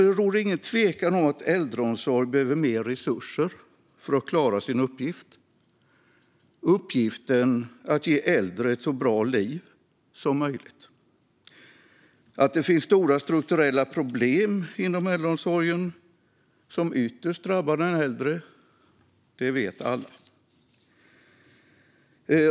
Det råder ingen tvekan om att äldreomsorgen behöver mer resurser för att klara sin uppgift att ge äldre ett så bra liv som möjligt. Att det finns stora strukturella problem inom äldreomsorgen som ytterst drabbar den äldre vet alla.